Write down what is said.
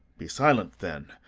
be silent, then,